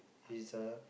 is uh